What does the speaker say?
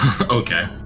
Okay